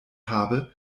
habe